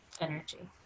energy